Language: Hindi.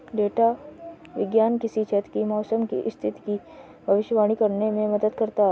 डेटा विज्ञान किसी क्षेत्र की मौसम की स्थिति की भविष्यवाणी करने में मदद करता है